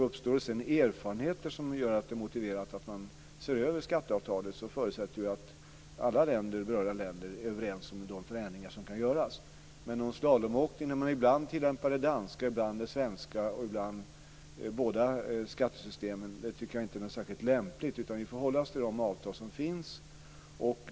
Uppstår det sedan erfarenheter som gör att det är motiverat att man ser över skatteavtalet förutsätter det att alla berörda länder är överens om de förändringar som kan göras. Men någon slalomåkning där man ibland tillämpar det danska, ibland det svenska och ibland båda skattesystemen tycker jag inte är särskilt lämpligt. Utan vi får hålla oss till de avtal som finns.